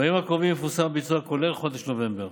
בימים הקרובים יפורסם הביצוע כולל חודש נובמבר.